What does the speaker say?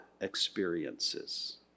experiences